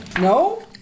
No